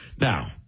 now